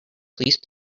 please